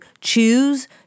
choose